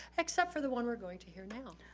except for the one we're going to hear now.